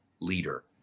leader